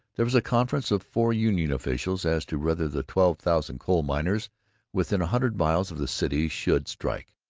there was a conference of four union officials as to whether the twelve thousand coal-miners within a hundred miles of the city should strike.